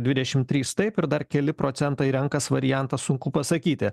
dvidešim trys taip ir dar keli procentai renkasi variantą sunku pasakyti